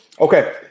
Okay